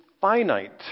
finite